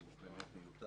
הוא באמת מיותר.